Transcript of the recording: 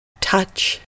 touch